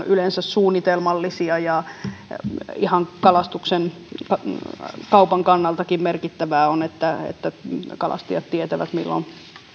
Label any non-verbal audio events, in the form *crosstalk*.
*unintelligible* yleensä suunnitelmallisia ja ihan kaupan kannaltakin merkittävää on että että kalastajat tietävät milloin